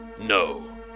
No